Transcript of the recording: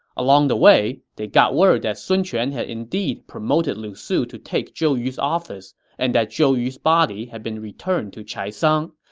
along the way, they got word that sun quan had indeed promoted lu su to take zhou yu's office and that zhou yu's body had been returned to chaisang,